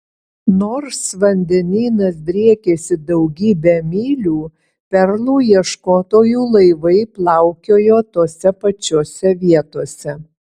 nors vandenynas driekėsi daugybę mylių perlų ieškotojų laivai plaukiojo tose pačiose vietose